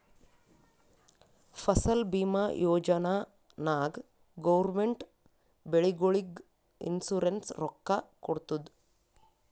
ಫಸಲ್ ಭೀಮಾ ಯೋಜನಾ ನಾಗ್ ಗೌರ್ಮೆಂಟ್ ಬೆಳಿಗೊಳಿಗ್ ಇನ್ಸೂರೆನ್ಸ್ ರೊಕ್ಕಾ ಕೊಡ್ತುದ್